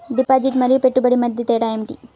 Deposit మరియు పెట్టుబడి మధ్య తేడా ఏమిటి?